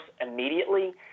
immediately